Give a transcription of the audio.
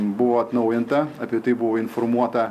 buvo atnaujinta apie tai buvo informuota